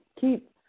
keep